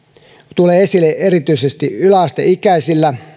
tulee esille erityisesti yläasteikäisillä